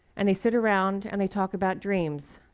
and they sit around, and they talk about dreams.